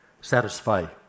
Satisfy